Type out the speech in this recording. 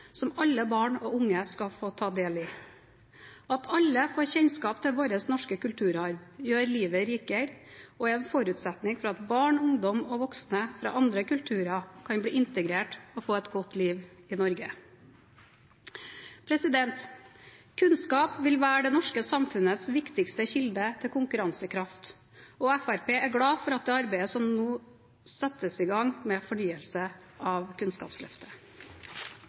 som alle barn og unge skal få ta del i. At alle får kjennskap til vår norske kulturarv, gjør livet rikere og er en forutsetning for at barn, ungdom og voksne fra andre kulturer kan bli integrert og få et godt liv i Norge. Kunnskap vil være det norske samfunnets viktigste kilde til konkurransekraft, og Fremskrittspartiet er glad for det arbeidet som nå settes i gang med fornyelsen av Kunnskapsløftet.